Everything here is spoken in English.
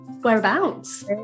Whereabouts